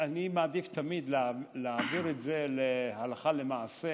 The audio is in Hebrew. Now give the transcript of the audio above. אני מעדיף תמיד להעביר את זה להלכה למעשה